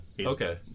Okay